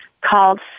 called